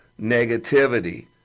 negativity